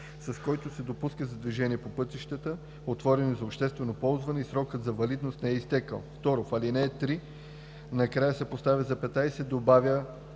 с който се допуска за движение по пътищата, отворени за обществено ползване и срокът на валидност не е изтекъл,“. 2. В ал. 3 накрая се поставя запетая и се добавя